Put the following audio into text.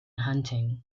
hunting